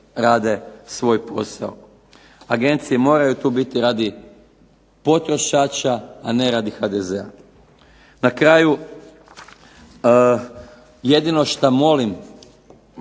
rade svoj posao. Agencije moraju tu biti radi potrošača, a ne radi HDZ-a. Na kraju, jedino što molim